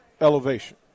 elevation